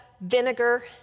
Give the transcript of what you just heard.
vinegar